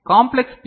complex B